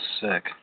sick